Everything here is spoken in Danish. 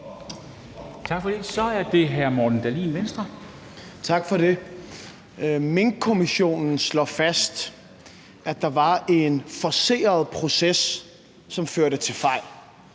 Dahlin, Venstre. Kl. 23:11 Morten Dahlin (V): Tak for det. Minkkommissionen slår fast, at der var en forceret proces, som førte til fejl.